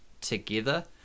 together